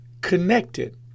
connected